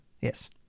Yes